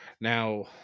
Now